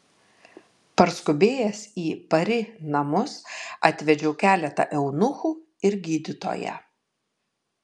parskubėjęs į pari namus atvedžiau keletą eunuchų ir gydytoją